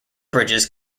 bridges